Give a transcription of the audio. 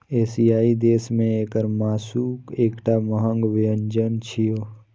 एशियाई देश मे एकर मासु एकटा महग व्यंजन छियै